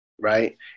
right